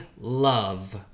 love